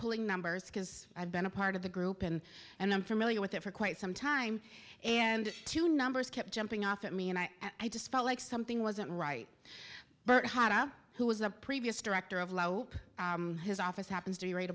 pulling numbers because i've been a part of the group in and i'm familiar with it for quite some time and two numbers kept jumping off at me and i i just felt like something wasn't right but hotta who was the previous director of low his office happens to be right